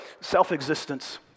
self-existence